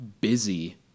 busy